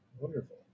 Wonderful